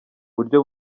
buryo